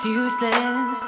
useless